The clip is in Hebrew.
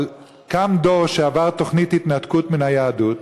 אבל קם דור שעבר תוכנית התנתקות מן היהדות.